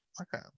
okay